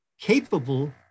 capable